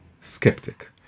skeptic